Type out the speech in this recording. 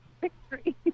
victory